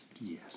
Yes